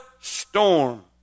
storm